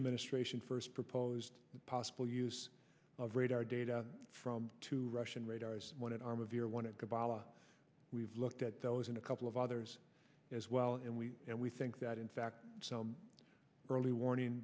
administration first proposed possible use of radar data from two russian radars one an arm of your one it could bala we've looked at those in a couple of others as well and we and we think that in fact some early warning